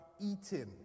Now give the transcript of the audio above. eating